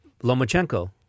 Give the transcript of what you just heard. Lomachenko